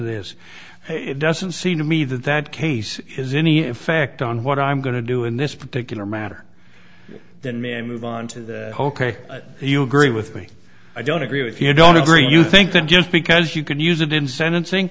this it doesn't seem to me that that case has any effect on what i'm going to do in this particular matter than me and move on to you agree with me i don't agree with you don't agree you think that just because you can use it in sentencing